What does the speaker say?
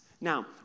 Now